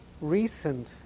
recent